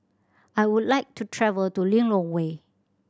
I would like to travel to Lilongwe